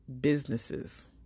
businesses